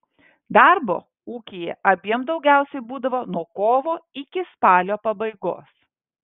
darbo ūkyje abiem daugiausiai būdavo nuo kovo iki spalio pabaigos